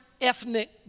ethnic